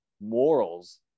morals